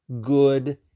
good